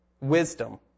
wisdom